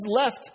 left